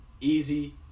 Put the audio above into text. easy